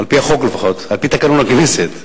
על-פי החוק לפחות, על-פי תקנון הכנסת.